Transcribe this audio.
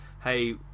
hey